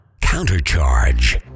Countercharge